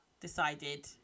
decided